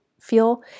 feel